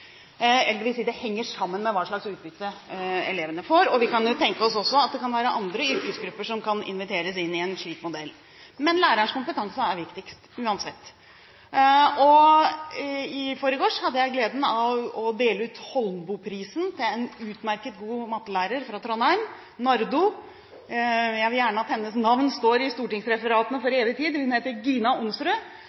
si at det henger sammen med hva slags læringsutbytte elevene får, og vi kan jo tenke oss at det kan være andre yrkesgrupper som kan inviteres inn i en slik modell. Men lærerens kompetanse er viktigst, uansett. I forgårs hadde jeg gleden av å dele ut Holmboeprisen til en utmerket, god mattelærer fra Trondheim og Nardo skole. Jeg vil gjerne at hennes navn står i stortingsreferatene for evig tid: Hun heter Gina Onsrud.